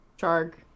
shark